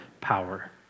power